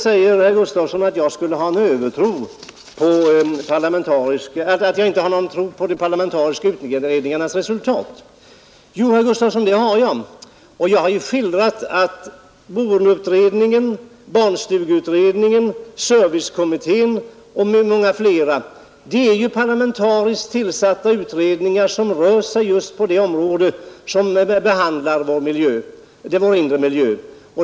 Herr Gustavsson i Alvesta säger att jag inte har någon tro på de parlamentariska utredningarnas resultat. Jo, herr Gustavsson, det har jag, och jag har ju skildrat att boendeutredningen, barnstugeutredningen, servicekommittén och många flera är parlamentariskt tillsatta utredningar som behandlar just vår inre miljö.